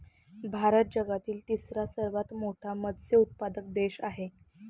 भारत जगातील तिसरा सर्वात मोठा मत्स्य उत्पादक देश आहे